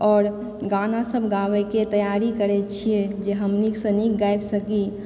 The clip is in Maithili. आओर गाना सब गाबयके तैयारी करय छियै जे हम नीकसँ नीक गाबि सकी